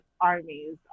armies